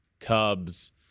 Cubs